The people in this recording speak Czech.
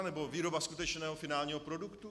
Nebo výroba skutečného finálního produktu?